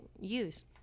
use